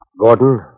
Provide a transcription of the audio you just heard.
Gordon